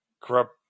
corrupt